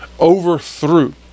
overthrew